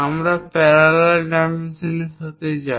আমরা প্যারালাল ডাইমেনশনর সাথে যাই